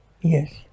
Yes